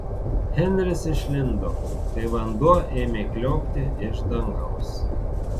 henris išlindo kai vanduo ėmė kliokti iš dangaus